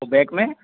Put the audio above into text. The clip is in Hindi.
और बैक में